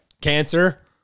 cancer